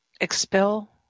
Expel